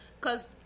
cause